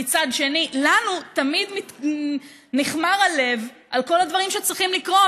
ומצד שני תמיד נכמר לנו הלב על כל הדברים שצריכים לקרות.